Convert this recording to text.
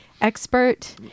expert